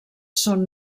són